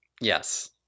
Yes